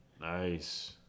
Nice